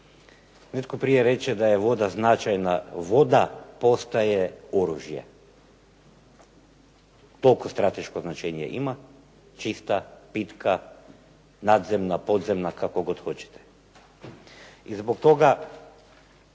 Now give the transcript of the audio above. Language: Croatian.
Netko prije reče da je voda značajna, voda postaje oružje. Toliko strateško značenje ima čista, pitka, nadzemna, podzemna, kako god hoćete. I zbog toga